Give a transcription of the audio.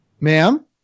ma'am